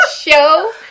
show